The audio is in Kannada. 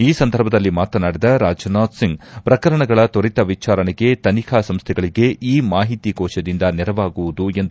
ಈ ಸಂದರ್ಭದಲ್ಲಿ ಮಾತನಾಡಿದ ರಾಜ್ನಾಥ್ ಸಿಂಗ್ ಪ್ರಕರಣಗಳ ತ್ವರಿತ ವಿಚಾರಣೆಗೆ ತನಿಖಾ ಸಂಸ್ವೆಗಳಿಗೆ ಈ ಮಾಹಿತಿ ಕೋಶದಿಂದ ನೆರವಾಗುವುದು ಎಂದು ಹೇಳಿದರು